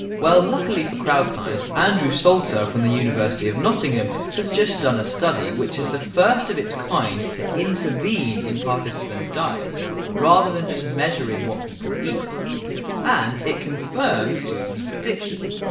well luckily for crowd science andrew salter from the university of nottingham has just done a study which is the first of its kind to intervene in participants' diets rather than just measuring what people eat and it confirmed susan's predictions.